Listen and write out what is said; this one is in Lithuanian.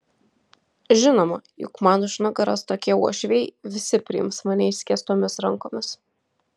žinoma juk man už nugaros tokie uošviai visi priims mane išskėstomis rankomis